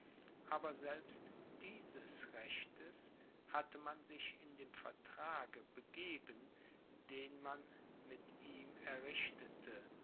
aber selbst dieses rechtes hatte man sich in dem vertrage begeben den man mit ihm errichtete